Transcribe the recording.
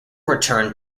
returned